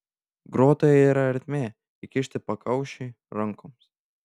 grotoje yra ertmė įkišti pakaušiui rankoms